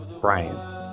Brian